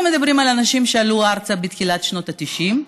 אנחנו מדברים על אנשים שעלו ארצה בתחילת שנות ה-90.